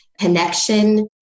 connection